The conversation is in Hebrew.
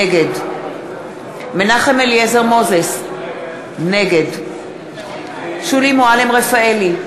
נגד מנחם אליעזר מוזס, נגד שולי מועלם-רפאלי,